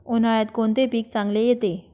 उन्हाळ्यात कोणते पीक चांगले येते?